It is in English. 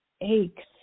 aches